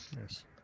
Yes